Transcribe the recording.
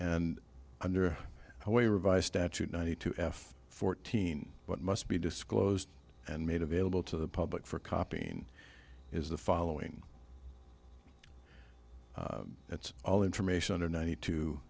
and under way or vice statute ninety two f fourteen what must be disclosed and made available to the public for copying is the following it's all information under ninety two